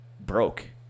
broke